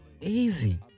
Easy